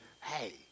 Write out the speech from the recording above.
hey